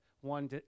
one